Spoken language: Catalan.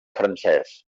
francès